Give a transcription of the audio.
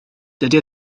dydy